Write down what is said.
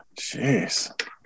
Jeez